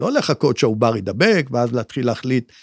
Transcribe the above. לא לחכות שהעובר יידבק ואז להתחיל להחליט.